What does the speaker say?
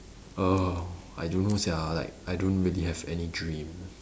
err I don't know sia like I don't really have any dream